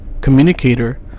communicator